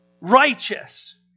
Righteous